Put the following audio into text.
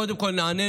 קודם כול נענינו,